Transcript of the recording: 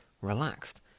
relaxed